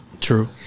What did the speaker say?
True